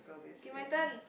K my turn